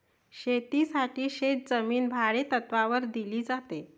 शेतीसाठी शेतजमीन भाडेतत्त्वावर दिली जाते